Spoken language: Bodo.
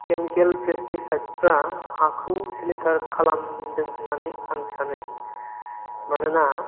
केमिकेल पेस्टिसायदफ्रा हाखौ सिलिंखार खालामदों होननानै आं सानो मानोना